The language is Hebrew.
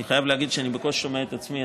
אני חייב להגיד שאני בקושי שומע את עצמי,